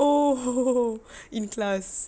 oh in class